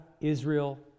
Israel